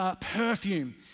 perfume